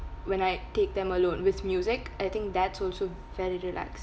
when I take them alone with music I think that's also very relaxing